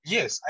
Yes